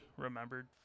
remembered